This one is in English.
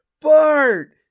Bart